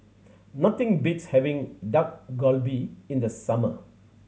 nothing beats having Dak Galbi in the summer